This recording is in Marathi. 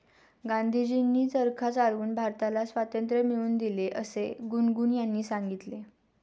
गांधीजींनी चरखा चालवून भारताला स्वातंत्र्य मिळवून दिले असे गुनगुन यांनी सांगितले